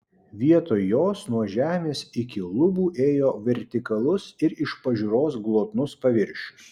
vietoj jos nuo žemės iki lubų ėjo vertikalus ir iš pažiūros glotnus paviršius